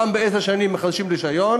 פעם בעשר שנים מחדשים רישיון,